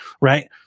right